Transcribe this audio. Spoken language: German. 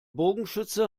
bogenschütze